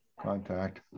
Contact